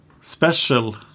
special